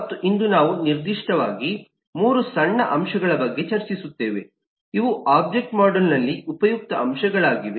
ಮತ್ತು ಇಂದು ನಾವು ನಿರ್ದಿಷ್ಟವಾಗಿ 3 ಸಣ್ಣ ಅಂಶಗಳ ಬಗ್ಗೆ ಚರ್ಚಿಸುತ್ತೇವೆ ಇವು ಒಬ್ಜೆಕ್ಟ್ ಮಾಡೆಲ್ನಲ್ಲಿ ಉಪಯುಕ್ತ ಅಂಶಗಳಾಗಿವೆ